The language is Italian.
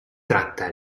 tratta